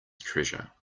treasure